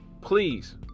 please